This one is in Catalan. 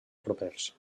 propers